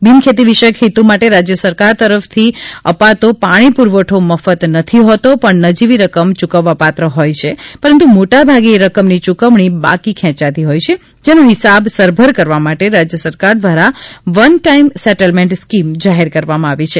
બિનખેતી વિષયક હેતુ માટે રાજ્ય તરફ થી આપતો પાણી પુરવઠો મફત નથી હોતો પણ નજીવી રકમ યૂકવવાપાત્ર હોય છે પરંતુ મોટા ભાગે એ રકમ ની યુકવણી બાકી ખેંચાતી હોય છે જેનો હિસાબ સરભર કરવા માટે રાજ્ય સરકાર દ્વારા વન ટાઇમ સેટલમેંટ સ્કીમ જાહેર કરવામાં આવી છે